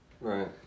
Right